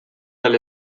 alle